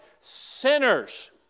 sinners